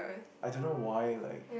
I don't know why like